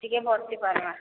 ଟିକେ ଭରସି ପାରମା